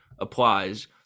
applies